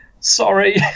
Sorry